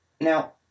Now